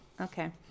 Okay